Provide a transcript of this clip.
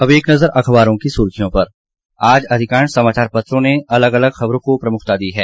अब एक नजर अखबारों की सुर्खियों पर आज अधिकांश समाचार पत्रों ने अलग अलग खबरों को प्रमुखता दी है